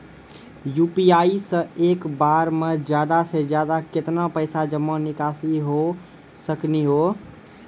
UPI से एक बार मे ज्यादा से ज्यादा केतना पैसा जमा निकासी हो सकनी हो?